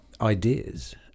ideas